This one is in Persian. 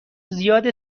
زیاد